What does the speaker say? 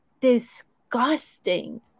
disgusting